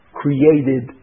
created